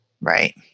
Right